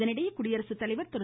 இதனிடையே குடியரசுத்தலைவர் திரு